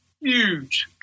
huge